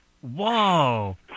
Whoa